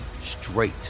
straight